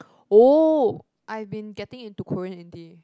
oh I've been getting into Korean indie